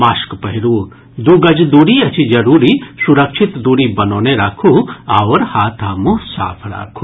mask पहिरू दू गज दूरी अछि जरूरी सुरक्षित दूरी बनौने राखू आओर हाथ आ मुंह साफ राखू